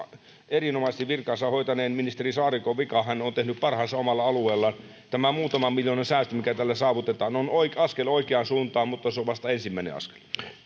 erinomaisesti virkaansa hoitaneen ministeri saarikon vika hän on tehnyt parhaansa omalla alueellaan tämä muutaman miljoonan säästö mikä tällä saavutetaan on askel oikeaan suuntaan mutta se on vasta ensimmäinen askel ja